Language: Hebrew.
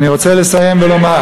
אני רוצה לסיים ולומר,